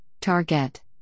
Target